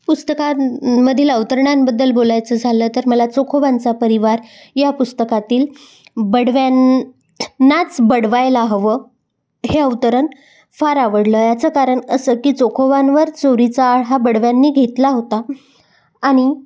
पुस्तकां मधील अवतरणांबद्दल बोलायचं झालं तर मला चोखोबांचा परिवार या पुस्तकातील बडव्यांनाच बडवायला हवं हे अवतरण फार आवडलं याचं कारण असं की चोखोबांवर चोरीचा आळ हा बडव्यांनी घेतला होता आणि